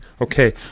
okay